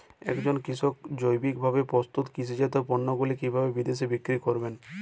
একজন কৃষক জৈবিকভাবে প্রস্তুত কৃষিজাত পণ্যগুলি কিভাবে বিদেশে বিক্রি করবেন?